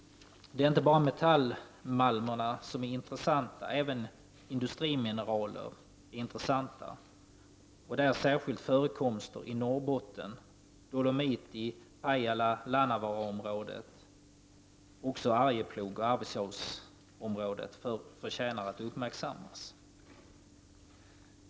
Inte bara metallmalmerna är intressanta. Även industrimineraler är intressanta, särskilt förekomster i Norrbotten av dolomit i Pajala och Lannavaara. Också Arjeplogsoch Arvidsjaursområdena förtjänar att uppmärksammas.